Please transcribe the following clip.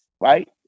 right